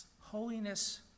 holiness